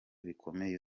bikomeye